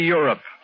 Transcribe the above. Europe